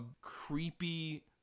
creepy